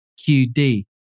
QD